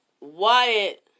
Wyatt